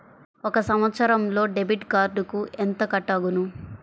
ఒక సంవత్సరంలో డెబిట్ కార్డుకు ఎంత కట్ అగును?